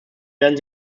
werden